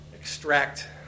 extract